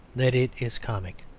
that it is comic.